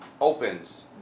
Opens